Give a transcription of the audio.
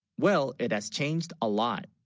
well it has changed a lot,